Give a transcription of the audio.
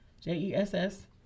j-e-s-s